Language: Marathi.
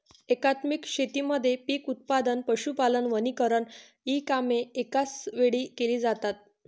एकात्मिक शेतीमध्ये पीक उत्पादन, पशुपालन, वनीकरण इ कामे एकाच वेळी केली जातात